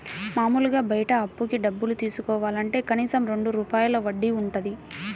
మాములుగా బయట అప్పుకి డబ్బులు తీసుకోవాలంటే కనీసం రెండు రూపాయల వడ్డీ వుంటది